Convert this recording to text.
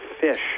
fish